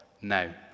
now